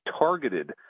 targeted